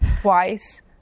twice